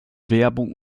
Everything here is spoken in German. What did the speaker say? werbung